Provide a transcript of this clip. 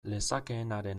lezakeenaren